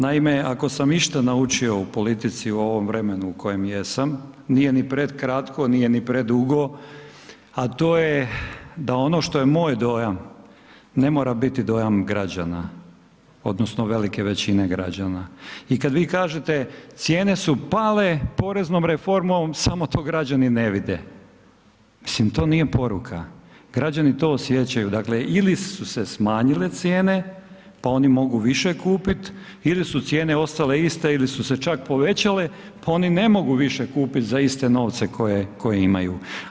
Naime, ako sam išta naučio u politici u ovom vremenu u kojem jesam, nije ni prekratko, nije ni predugo a to je da ono što je moj dojam, ne mora biti dojam građana odnosno velike većine građana i kad vi kažete cijene su pale poreznom reformom samo to građani ne vide, mislim, to nije poruka, građani to osjećaju, dakle ili su se smanjile cijene pa oni mogu više kupit ili su cijene ostale iste ili su se čak povećale pa oni ne mogu više kupiti za iste novce koje imaju.